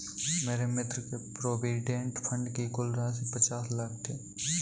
मेरे मित्र के प्रोविडेंट फण्ड की कुल राशि पचास लाख थी